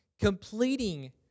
completing